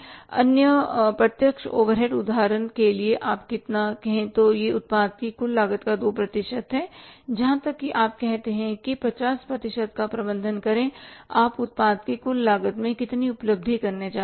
अन्य प्रत्यक्ष ओवरहेड उदाहरण के लिए हैं कि आप कितना कहे तो यह उत्पाद की कुल लागत का 2 प्रतिशत है यहां तक कि आप कहते हैं कि 50 प्रतिशत का प्रबंधन करें कि आप उत्पाद की कुल लागत में कितनी उपलब्धि करने जा रहे हैं